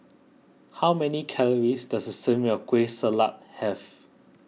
how many calories does a serving of Kueh Salat have